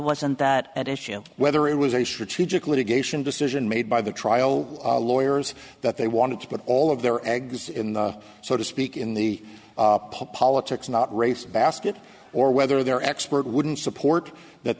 wasn't that at issue whether it was a strategic litigation decision made by the trial lawyers that they wanted to put all of their eggs in the so to speak in the politics not race basket or whether their expert wouldn't support that